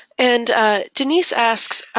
and ah denise asks